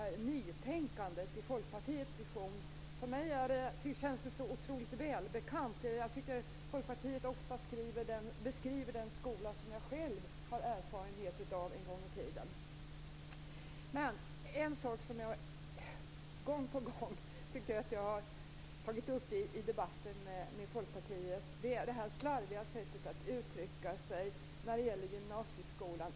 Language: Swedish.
Jag tycker att Folkpartiet ofta beskriver den skola som jag själv fick erfarenhet av en gång i tiden. En sak som jag gång på gång har tagit upp i debatten med Folkpartiet är det slarviga sättet att uttrycka sig när det gäller gymnasieskolan.